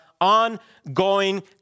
ongoing